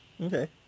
Okay